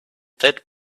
that